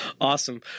Awesome